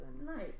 Nice